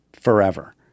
forever